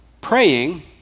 Praying